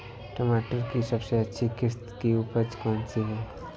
टमाटर की सबसे अच्छी किश्त की उपज कौन सी है?